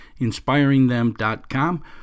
inspiringthem.com